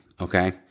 okay